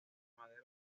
madera